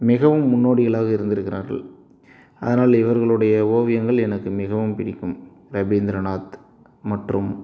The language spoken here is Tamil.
மிகவும் முன்னோடிகளாக இருந்திருக்குறார்கள் அதனால் இவர்களுடைய ஓவியங்கள் எனக்கு மிகவும் பிடிக்கும் ரவீந்திர நாத் மற்றும்